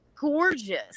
Gorgeous